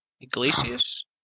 Iglesias